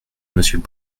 monsieur